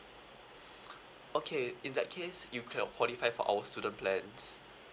okay in that case you can qualify for our student plans